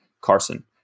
Carson